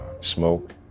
smoke